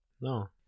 No